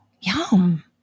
yum